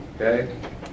okay